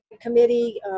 committee